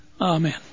Amen